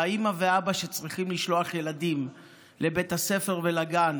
אימא ואבא שצריכים לשלוח ילדים לבית הספר ולגן